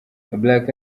black